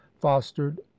fostered